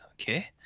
Okay